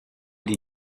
die